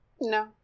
No